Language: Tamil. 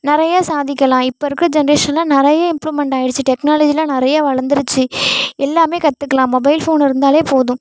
நிறைய சாதிக்கலாம் இப்போ இருக்கிற ஜென்ரேஷனில் நிறைய இம்ப்ரூமெண்ட் ஆகிருச்சி டெக்னாலஜிலாம் நிறைய வளந்துடுச்சி எல்லாமே கற்றுக்கலாம் மொபைல் ஃபோன் இருந்தாலே போதும்